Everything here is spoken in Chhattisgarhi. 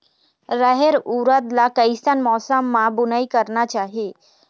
रहेर उरद ला कैसन मौसम मा बुनई करना चाही?